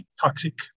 toxic